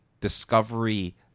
discovery